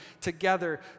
together